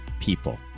people